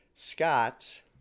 Scott